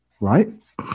right